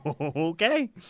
okay